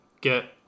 get